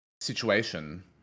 situation